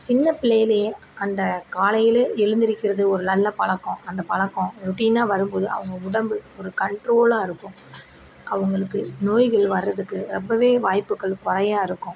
சின்ன பிள்ளைலேயே அந்த காலையில் எழுந்திரிக்கிறது ஒரு நல்ல பழக்கம் அந்த பழக்கம் ரொட்டினாக வரும் போது அவங்க உடம்பு ஒரு கண்ட்ரோலாக இருக்கும் அவங்களுக்கு நோய்கள் வரதுக்கு ரொம்ப வாய்ப்புகள் குறையா இருக்கும்